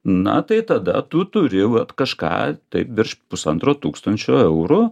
na tai tada tu turi vat kažką taip virš pusantro tūkstančio eurų